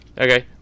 Okay